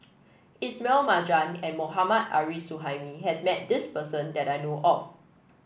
Ismail Marjan and Mohammad Arif Suhaimi has met this person that I know of